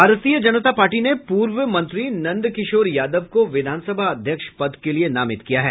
भारतीय जनता पार्टी ने पूर्व मंत्री नंद किशोर यादव को विधानसभा अध्यक्ष पद के लिये नामित किया है